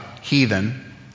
heathen